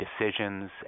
decisions